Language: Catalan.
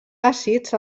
àcids